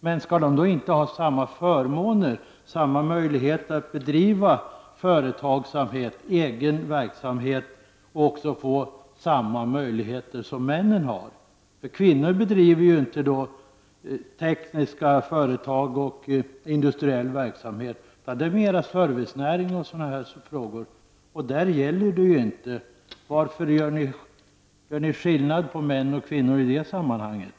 Men skall de då inte ha samma förmåner och samma möjligheter att bedriva företagsamhet i form av egen verksamhet och få samma möjligheter som männen har? Kvinnor bedriver inte tekniska företag och industriell verksamhet, utan de är mera inom servicenäringen, och där gäller inte denna nedsättning. Varför gör ni skillnad mellan män och kvinnor i det sammanhanget?